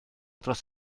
dros